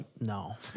no